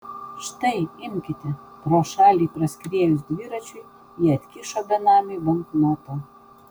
štai imkite pro šalį praskriejus dviračiui ji atkišo benamiui banknotą